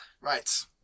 right